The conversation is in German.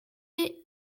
wir